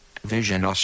Vision